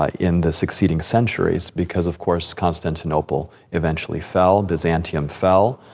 ah in the succeeding centuries, because, of course, constantinople eventually fell. byzantium fell, ah,